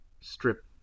strip